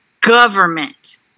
government